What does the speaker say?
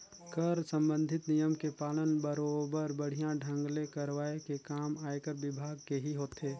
कर संबंधित नियम के पालन बरोबर बड़िहा ढंग ले करवाये के काम आयकर विभाग केही होथे